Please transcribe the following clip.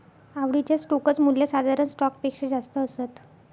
आवडीच्या स्टोक च मूल्य साधारण स्टॉक पेक्षा जास्त असत